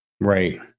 Right